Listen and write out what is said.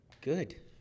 Good